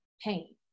pain